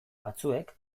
batzuek